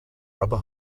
rubber